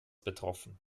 betroffen